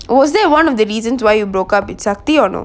was that one of the reasons why you broke up with safti or not